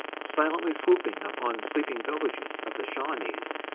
silently swooping upon sleeping villages of the shawanese,